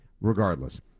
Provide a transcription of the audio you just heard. Regardless